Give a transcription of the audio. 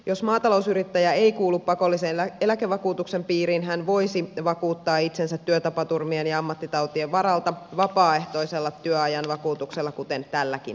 jos maatalousyrittäjä ei kuulu pakollisen eläkevakuutuksen piiriin hän voisi vakuuttaa itsensä työtapaturmien ja ammattitautien varalta vapaaehtoisella työajan vakuutuksella kuten tälläkin hetkellä